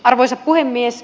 arvoisa puhemies